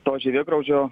to žievėgraužio